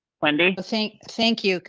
wendy. thank thank you.